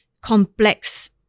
complex